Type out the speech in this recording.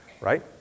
right